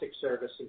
service